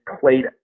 played